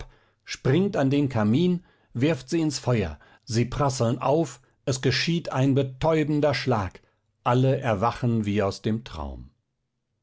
springt an den kamin wirft sie ins feuer sie prasseln auf es geschieht ein betäubender schlag alle erwachen wie aus dem traum